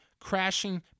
crashing